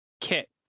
Kit